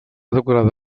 decorada